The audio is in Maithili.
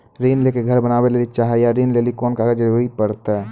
ऋण ले के घर बनावे लेली चाहे या ऋण लेली कोन कागज के जरूरी परतै?